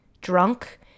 drunk